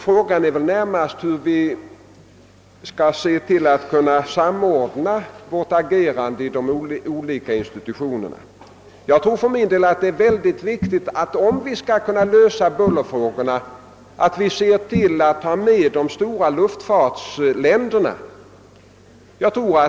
Frågan är väl då närmast hur vi skall kunna samordna vårt agerande i de olika institutionerna. Om vi skall kunna lösa bullerfrågorna, tror jag att det är oerhört viktigt att i förhandlingar även få med de stora luftfartsländerna.